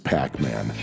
Pac-Man